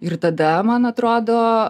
ir tada man atrodo